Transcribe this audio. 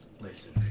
Listen